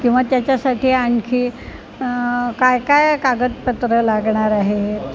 किंवा त्याच्यासाठी आणखी काय काय कागदपत्र लागणार आहेत